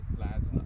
lads